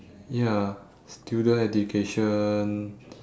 ya student education